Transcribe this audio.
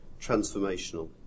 transformational